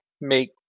make